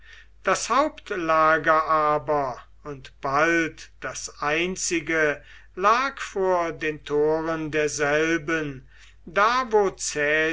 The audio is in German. das hauptlager aber und bald das einzige lag vor den toren derselben da